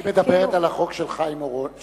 היא מדברת על החוק של חיים רמון,